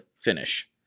finish